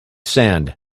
sand